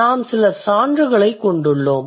நாம் சில சான்றுகளைக் கொண்டுள்ளோம்